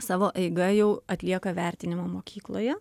savo eiga jau atlieka vertinimą mokykloje